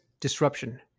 disruption